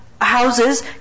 houses